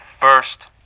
first